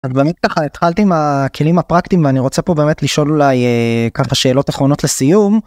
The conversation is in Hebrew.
את באמת ככה, התחלת עם הכלים הפרקטים, ואני רוצה פה באמת לשאול אולי ככה שאלות אחרונות לסיום.